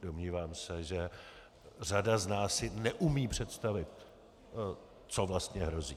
Domnívám se, že řada z nás si neumí představit, co vlastně hrozí.